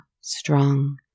strong